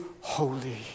holy